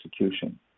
execution